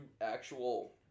actual